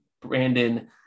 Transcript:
Brandon